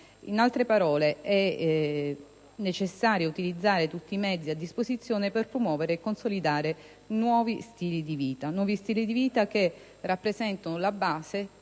In altre parole, è necessario utilizzare tutti i mezzi a disposizione per promuovere e consolidare nuovi stili di vita, che rappresentano la base